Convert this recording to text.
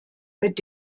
mit